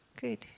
Good